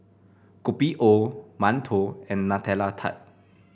Kopi O mantou and Nutella Tart